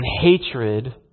hatred